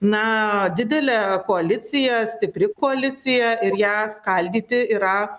na didelė koalicija stipri koalicija ir ją skaldyti yra